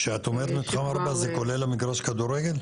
כשאת אומרת מתחם 4, זה כולל את מגרש הכדורגל?